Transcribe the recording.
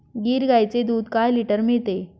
गीर गाईचे दूध काय लिटर मिळते?